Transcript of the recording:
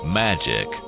magic